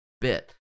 bit